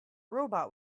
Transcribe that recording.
robot